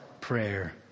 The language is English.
prayer